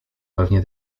pewnie